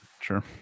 Sure